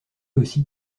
aussi